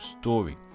story